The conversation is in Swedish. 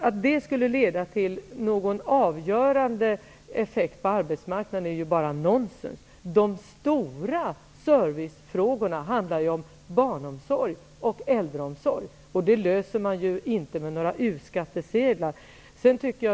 Att det skulle leda till någon avgörande effekt på arbetsmarknaden är bara nonsens. De stora servicefrågorna handlar ju om barnomsorg och äldreomsorg, och dem löser man ju inte med några U-skattsedlar.